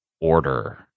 Order